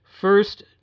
first